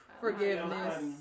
Forgiveness